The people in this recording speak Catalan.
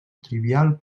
trivial